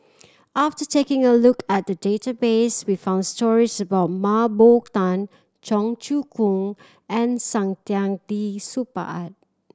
after taking a look at the database we found stories about Mah Bow Tan Cheong Choong Kong and Saktiandi Supaat